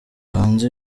hanze